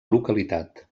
localitat